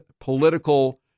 political